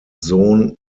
sohn